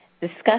discuss